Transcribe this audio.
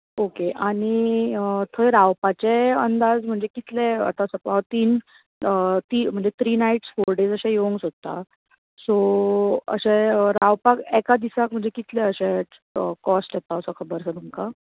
okay आनी थंय रावपाचे अंदाज म्हणजे कितले आतां सपोज तीन थ्री नाइट फोर डेज येवंक सोदता सो अशें रावपाक एका दिसाक कितले अशें कोस्ट येता असो खबर आसा तुमका